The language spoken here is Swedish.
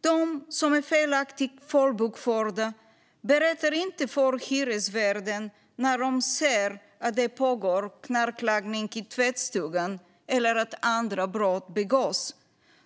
De som är felaktigt folkbokförda berättar inte för hyresvärden när de ser att det pågår knarklangning i tvättstugan eller när andra brott begås.